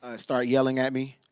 ah start yelling at me.